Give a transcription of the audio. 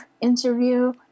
interview